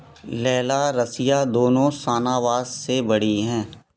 लैला रसिया दोनों शाहनवाज़ से बड़ी हैं